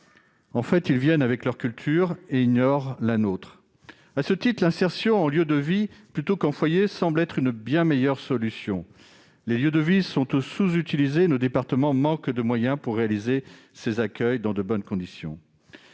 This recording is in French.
En fait, ils viennent avec leur culture et ignorent la nôtre. À ce titre, l'insertion en lieu de vie, plutôt qu'en foyer, semble être une bien meilleure solution. Les lieux de vie sont sous-utilisés, et nos départements manquent de moyens pour réaliser ces accueils dans de bonnes conditions.